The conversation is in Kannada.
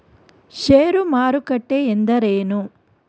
ಷೇರು ಮಾರುಕಟ್ಟೆ ಎಂದರೇನು?